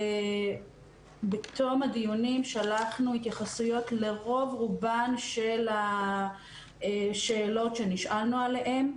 ובתום הדיונים שלחנו התייחסויות לרוב רובן של השאלות שנשאלנו עליהם,